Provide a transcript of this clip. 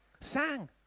sang